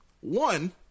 One